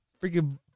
Freaking